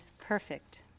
perfect